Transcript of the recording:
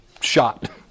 shot